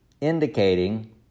indicating